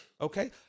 Okay